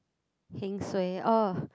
heng suay oh